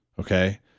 Okay